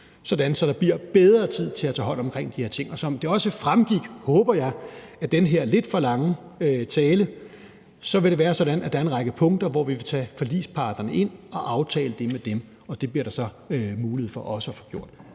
at der bliver bedre tid til at tage hånd om de her ting. Som det også fremgik, håber jeg, af den her lidt for lange tale, vil det være sådan, at der er en række punkter, hvor vi vil tage forligsparterne ind og aftale det med dem, og det bliver der så mulighed for også at få gjort.